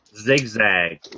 Zigzag